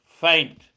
faint